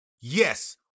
yes